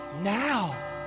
now